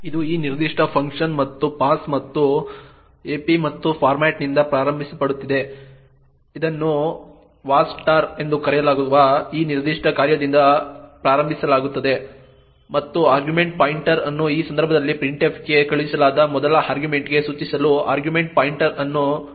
ಇದು ಈ ನಿರ್ದಿಷ್ಟ ಫಂಕ್ಷನ್ va start ಮತ್ತು ಪಾಸ್ ಮತ್ತು ap ಮತ್ತು ಫಾರ್ಮ್ಯಾಟ್ನಿಂದ ಪ್ರಾರಂಭಿಸಲ್ಪಟ್ಟಿದೆ ಇದನ್ನು va start ಎಂದು ಕರೆಯಲಾಗುವ ಈ ನಿರ್ದಿಷ್ಟ ಕಾರ್ಯದಿಂದ ಪ್ರಾರಂಭಿಸಲಾಗುತ್ತದೆ ಮತ್ತು ಆರ್ಗ್ಯುಮೆಂಟ್ ಪಾಯಿಂಟರ್ ಅನ್ನು ಈ ಸಂದರ್ಭದಲ್ಲಿ printf ಗೆ ಕಳುಹಿಸಲಾದ ಮೊದಲ ಆರ್ಗ್ಯುಮೆಂಟ್ಗೆ ಸೂಚಿಸಲು ಆರ್ಗ್ಯುಮೆಂಟ್ ಪಾಯಿಂಟರ್ ಅನ್ನು ಮಾಡಲಾಗುತ್ತದೆ